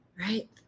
right